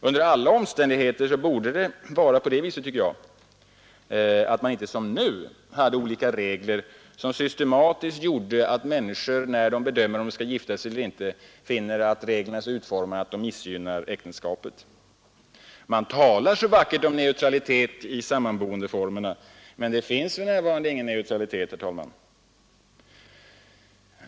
Under alla omständigheter borde det vara så att man inte som nu hade olika regler som systematiskt gjorde att människor när de bedömer om de skall gifta sig eller inte finner att reglerna är så utformade att de missgynnar äktenskapet. Man talar så vackert om neutralitet i fråga om sammanboendeformerna, men det finns för närvarande ingen sådan neutralitet, herr talman.